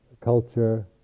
culture